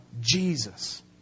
Jesus